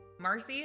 Marcy